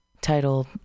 titled